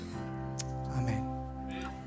Amen